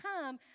come